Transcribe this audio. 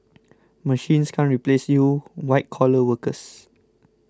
machines can't replace you white collar workers